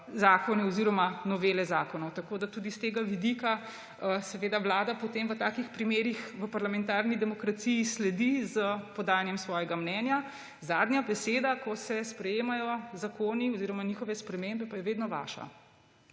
zakon oziroma novele zakona. Tako da tudi s tega vidika vlada potem v takih primerih v parlamentarni demokraciji sledi s podajanjem svojega mnenja. Zadnja beseda, ko se sprejemajo zakoni oziroma njihove spremembe, pa je vedno vaša,